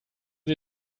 sie